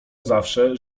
zawsze